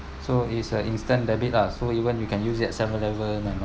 so is a instant debit lah so even you can use it at seven eleven